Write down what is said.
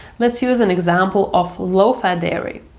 let's use an example of low fat dairy.